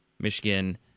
Michigan